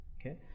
Okay